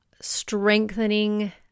strengthening